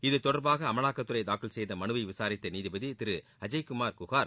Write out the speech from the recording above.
இத்தொடர்பாக அமலாக்கத்துறை தாக்கல் செய்த மனுவை விசாரித்த நீதிபதிதிரு அஜப் குமார் குஹார்